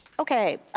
okay,